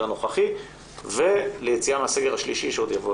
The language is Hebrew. הנוכחי וליציאה מהסגר השלישי שעוד יבוא